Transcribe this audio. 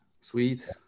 sweet